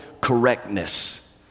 correctness